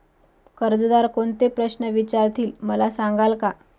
कर्जदार कोणते प्रश्न विचारतील, मला सांगाल का?